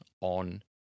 on